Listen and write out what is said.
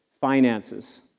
finances